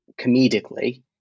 comedically